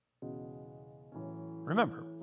Remember